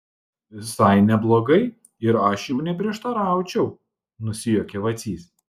visai neblogai ir aš jau neprieštaraučiau nusijuokė vacys